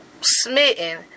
smitten